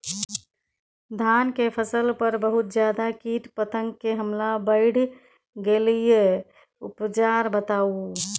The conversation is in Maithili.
धान के फसल पर बहुत ज्यादा कीट पतंग के हमला बईढ़ गेलईय उपचार बताउ?